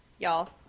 Y'all